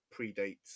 predates